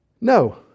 No